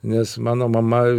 nes mano mama